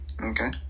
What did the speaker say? Okay